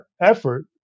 effort